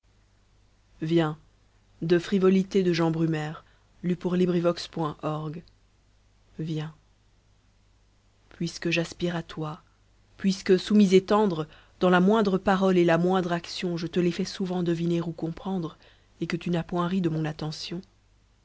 viens puisque j'aspire à toi puisque soumis et tendre dans la moindre parole et la moindre action je te l'ai fait souvent deviner ou comprendre et que tu n'as point ri de mon attention